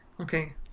Okay